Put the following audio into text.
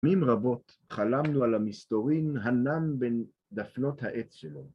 פעמים רבות חלמנו על המסתורין הנם בין דפנות העץ שלו.